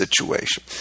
situation